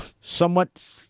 somewhat